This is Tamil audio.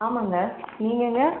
ஆமாங்க நீங்கங்க